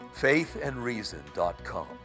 faithandreason.com